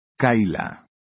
Kayla